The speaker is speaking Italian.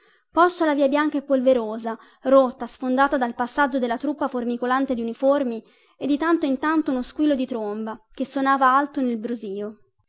poscia la via bianca e polverosa rotta sfondata dal passaggio della truppa formicolante di uniformi e di tanto in tanto uno squillo di tromba che sonava alto nel brusío